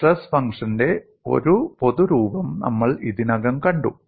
stress ഫംഗ്ഷന്റെ ഒരു പൊതു രൂപം നമ്മൾ ഇതിനകം കണ്ടു